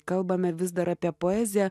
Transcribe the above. kalbame vis dar apie poeziją